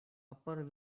upper